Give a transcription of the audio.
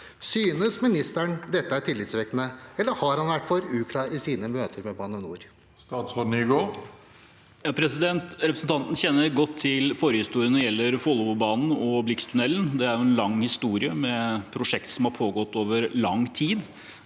Synes ministeren dette er tillitvekkende, eller har han vært for uklar i sine møter med Bane NOR? Statsråd Jon-Ivar Nygård Representan- ten kjenner godt til forhistorien når det gjeller Follobanen og Blixtunnelen. Det er en lang historie, med prosjekter som har pågått over lang tid